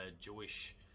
Jewish